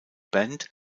band